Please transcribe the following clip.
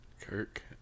Kirk